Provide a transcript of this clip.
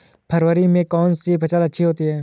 फरवरी में कौन सी फ़सल अच्छी होती है?